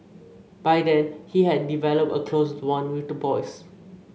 by then he had developed a close bond with the boys